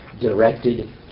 directed